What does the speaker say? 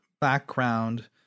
background